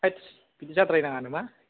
होथस बिदि जाद्राय नाङा नामा